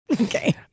Okay